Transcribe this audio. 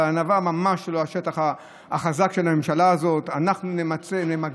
אבל ענווה היא ממש לא השטח החזק של הממשלה הזאת: אנחנו נמגר,